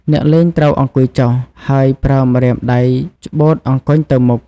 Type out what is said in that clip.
អ្នកលេងត្រូវអង្គុយចុះ ហើយប្រើម្រាមដៃច្បូតអង្គញ់ទៅមុខ ។